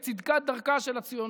בצדקת דרכה של הציונות,